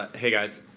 hey, guys.